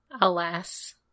Alas